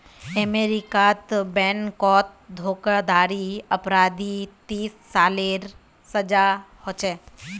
अमेरीकात बैनकोत धोकाधाड़ी अपराधी तीस सालेर सजा होछे